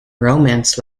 romance